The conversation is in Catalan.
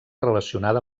relacionada